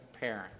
parent